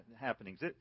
happenings